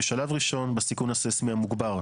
בשלב ראשון בסיכון הססמי המוגבר.